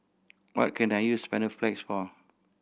what can I use Panaflex for